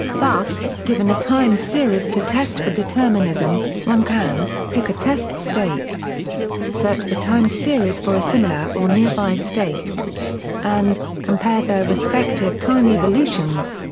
thus, given a time series to test for determinism, one can pick a test state search the time series for a similar or nearby state and compare their respective time evolutions.